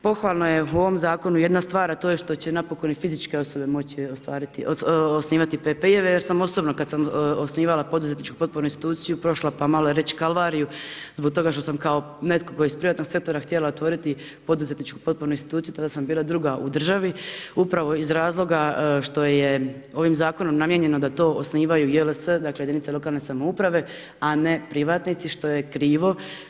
Pohvalno je u ovom zakonu jedna stvar, a to je što će napokon i fizičke osobe moći osnivati PPJI-eve, jer sam osobno kad sam osnivala poduzetničku potpornu instituciju prošla pa malo reći kalvariju zbog toga što sam kao netko tko je iz privatnog sektora htjela otvoriti poduzetničku potpornu instituciju, tada sam bila druga u državi upravo iz razloga što je ovim zakonom namijenjeno da to osnivaju JLS, dakle jedinice lokalne samouprave a ne privatnici što je krivo.